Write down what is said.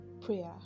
prayer